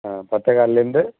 ஆ பத்தே கால்லேருந்து